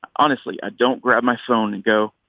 honestly, i don't grab my phone and go,